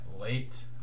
late